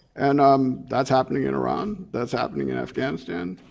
and um that's happening in iran, that's happening in afghanistan.